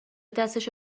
دستشو